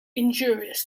injurious